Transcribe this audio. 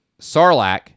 sarlacc